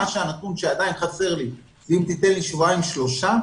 הנתון שעדיין חסר לי ואם תיתן לי שבועיים, שלושה